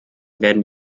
werden